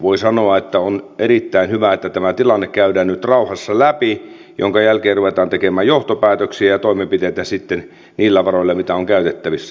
voi sanoa että on erittäin hyvä että tämä tilanne käydään nyt rauhassa läpi minkä jälkeen ruvetaan tekemään johtopäätöksiä ja toimenpiteitä sitten niillä varoilla mitä on käytettävissä